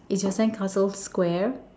is your sandcastle square